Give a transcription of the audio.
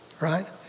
right